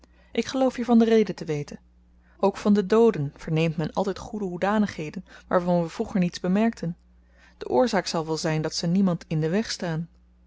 ik geloof hiervan de reden te weten ook van de dooden verneemt men altyd goede hoedanigheden waarvan we vroeger niets bemerkten de oorzaak zal wel zyn dat ze niemand in den weg staan